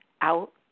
out